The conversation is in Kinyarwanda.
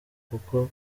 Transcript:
koko